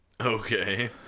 Okay